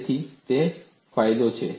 તેથી તે ફાયદો છે